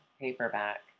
paperback